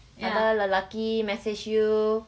ada lelaki message you